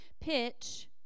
pitch